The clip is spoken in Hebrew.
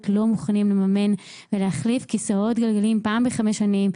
לא מוכנים לממן ולהחליף כיסאות גלגלים פעם בחמש שנים.